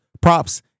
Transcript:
props